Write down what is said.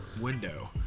window